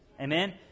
Amen